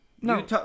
No